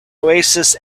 oasis